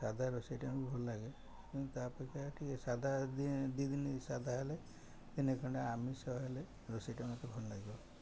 ସାଧା ରୋଷେଇଟା ବି ଭଲ ଲାଗେ କିନ୍ତୁ ତା ଅପେକ୍ଷା ଟିକେ ସାଧା ଦିନ ସାଦା ହେଲେ ଦିନ ଖଣ୍ଡେ ଆମିଷ ହେଲେ ରୋଷେଇଟା ମତେ ଭଲ ଲାଗିବ